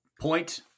point